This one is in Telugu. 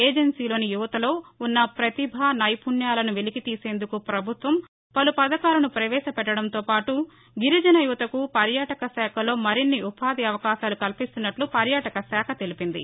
ఏజెన్సీలోని యువతలో ఉన్న ప్రతిభ నైపుణ్యాలను వెలికితీసేందుకు ప్రభుత్వం పలు పథకాలు ప్రవేశపెట్లడంతో పాటు గిరిజన యువతకు పర్యాటక శాఖలో మరిన్ని ఉపాధి అవకాశాలు కల్పిస్తున్నట్లు పర్యాటక శాఖ తెలిపింది